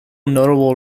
notable